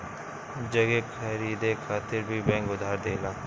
जगह खरीदे खातिर भी बैंक उधार देला